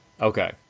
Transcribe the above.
Okay